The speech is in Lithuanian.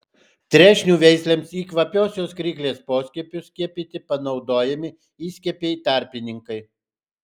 trešnių veislėms į kvapiosios kryklės poskiepius skiepyti panaudojami įskiepiai tarpininkai